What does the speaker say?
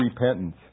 repentance